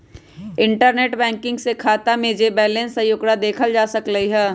internet banking से खाता में जे बैलेंस हई ओकरा देखल जा सकलई ह